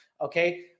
Okay